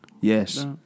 Yes